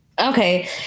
Okay